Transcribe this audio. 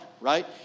right